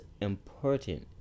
important